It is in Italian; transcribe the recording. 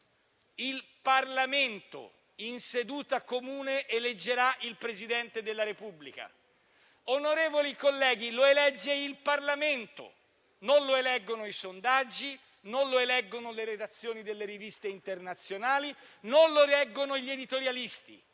il Parlamento in seduta comune eleggerà il Presidente della Repubblica. Onorevoli colleghi, lo elegge il Parlamento, non lo eleggono i sondaggi, non lo eleggono le redazioni delle riviste internazionali, non lo eleggono gli editorialisti.